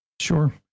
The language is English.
Sure